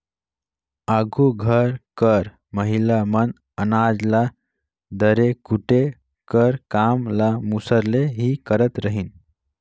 आघु घर कर महिला मन अनाज ल दरे कूटे कर काम ल मूसर ले ही करत रहिन